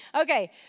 Okay